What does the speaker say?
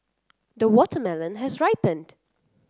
the watermelon has ripened